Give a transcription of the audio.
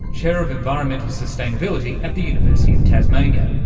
chair of environmental sustainability at the university of tasmania.